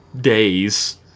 days